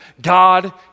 God